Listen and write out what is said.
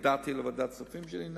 והודעתי לוועדת הכספים שאני נגד.